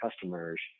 customers